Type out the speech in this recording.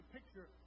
picture